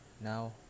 now